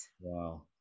Wow